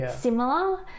similar